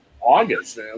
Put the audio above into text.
August